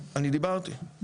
אני דיברתי,